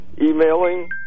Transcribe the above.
emailing